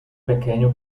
pequeño